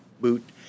boot